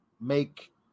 make